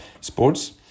sports